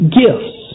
gifts